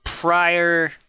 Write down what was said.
prior